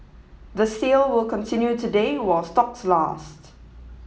the sale will continue today while stocks last